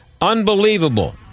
Unbelievable